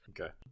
Okay